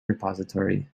repository